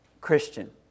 Christian